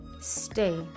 Stay